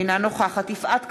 אינה נוכחת יפעת קריב,